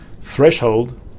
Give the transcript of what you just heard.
threshold